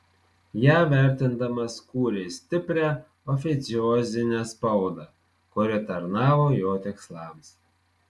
ją vertindamas kūrė stiprią oficiozinę spaudą kuri tarnavo jo tikslams